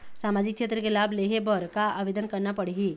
सामाजिक क्षेत्र के लाभ लेहे बर का आवेदन करना पड़ही?